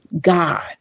God